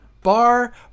bar